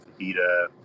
fajita